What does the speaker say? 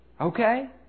Okay